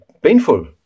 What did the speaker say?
painful